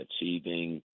achieving